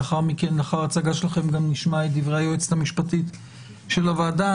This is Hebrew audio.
ולאחר ההצגה שלכם נשמע את דברי היועצת המשפטית של הוועדה.